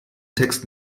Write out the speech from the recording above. text